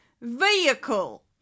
vehicle